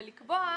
ולקבוע,